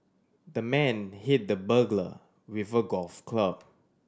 the man hit the burglar with a golf club